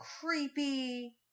creepy